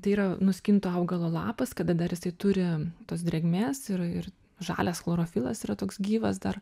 tai yra nuskinto augalo lapas kada dar jisai turi tos drėgmės ir ir žalias chlorofilas yra toks gyvas dar